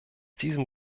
diesem